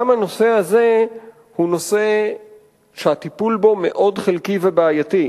גם הנושא הזה הוא נושא שהטיפול בו מאוד חלקי ובעייתי.